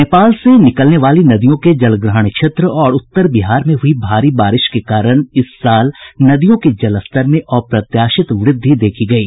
नेपाल से निकलने वाली नदियों के जलग्रहण क्षेत्र और उत्तर बिहार में हुई भारी बारिश के कारण इस साल नदियों के जलस्तर में अप्रत्याशित वृद्धि देखी गयी